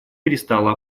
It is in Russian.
перестала